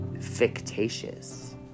fictitious